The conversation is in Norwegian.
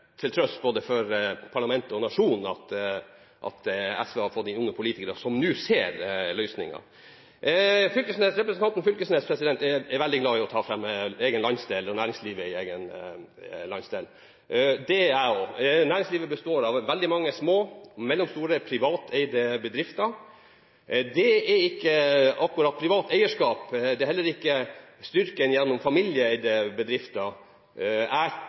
for både parlamentet og nasjonen at SV har fått inn noen politikere som nå ser løsninger. Representanten Fylkesnes er veldig glad i å ta fram egen landsdel og næringslivet i egen landsdel. Det er jeg også. Næringslivet består av veldig mange små og mellomstore privateide bedrifter. Det er ikke privat eierskap, og det er heller ikke styrken gjennom